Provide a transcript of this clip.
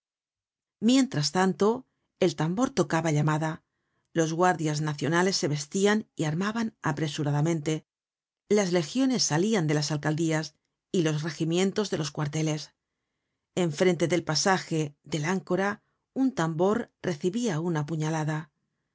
mientras tanto el tambor tocaba llamada los guardias nacionales se vestian y armaban apresuradamente las legiones salian de las alcaldías y los regimientos de los cuarteles en frente del pasaje del ancora un tambor recibia una puñalada